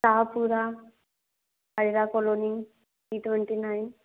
Shahpura Hajra colony T twenty nine